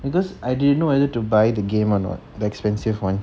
because I didn't know whether to buy the game or not the expensive [one]